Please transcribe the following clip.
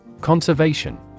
Conservation